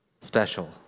special